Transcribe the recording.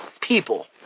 people